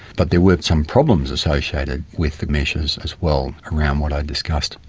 but there were some problems associated with the meshes as well around what i discussed,